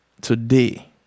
today